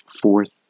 Fourth